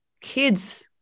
kids